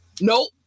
Nope